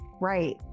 right